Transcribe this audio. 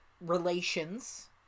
relations